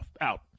out